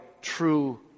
true